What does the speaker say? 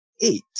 Eight